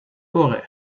worry